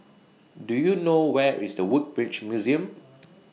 Do YOU know Where IS The Woodbridge Museum